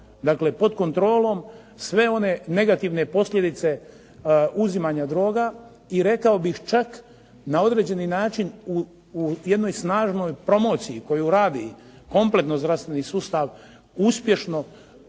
dakle pod kontrolom sve one negativne posljedice uzimanja droga i rekao bih čak na određeni način u jednoj snažnoj promociji koju radi kompletno zdravstveni sustav uspješno